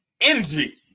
Energy